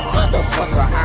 Motherfucker